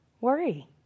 worry